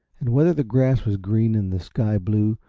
and whether the grass was green and the sky blue,